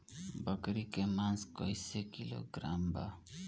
बकरी के मांस कईसे किलोग्राम बा?